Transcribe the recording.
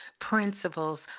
principles